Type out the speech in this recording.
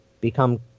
become